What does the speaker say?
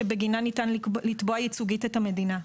שבגינם ניתן לתבוע ייצוגית את המדינה.